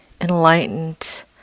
enlightened